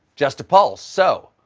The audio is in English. just a pulse. so,